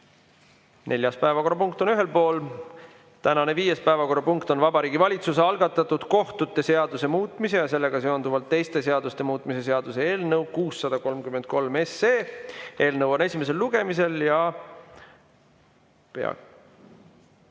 Neljanda päevakorrapunktiga oleme ühel pool. Tänane viies päevakorrapunkt on Vabariigi Valitsuse algatatud kohtute seaduse muutmise ja sellega seonduvalt teiste seaduste muutmise seaduse eelnõu 633. Eelnõu on esimesel lugemisel.